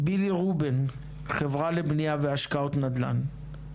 בילי רובין, חברה לבניה והשקעות נדל"ן.